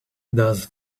does